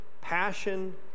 passion